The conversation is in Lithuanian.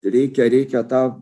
reikia reikia tą